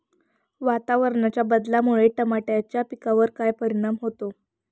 वातावरणाच्या बदलामुळे टमाट्याच्या पिकावर काय परिणाम होतो?